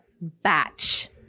batch